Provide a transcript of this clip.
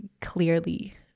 clearly